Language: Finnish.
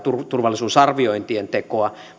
turvallisuusarviointien tekoa